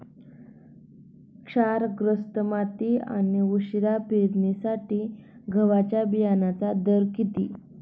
क्षारग्रस्त माती आणि उशिरा पेरणीसाठी गव्हाच्या बियाण्यांचा दर किती?